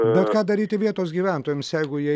bet ką daryti vietos gyventojams jeigu jie